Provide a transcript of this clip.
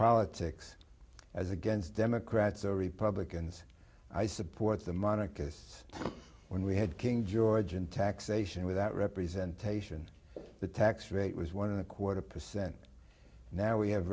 politics as against democrats or republicans i support the monarchists when we had king george in taxation without representation the tax rate was one of the quarter percent now we have